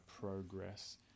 progress